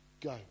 Go